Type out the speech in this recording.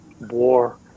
war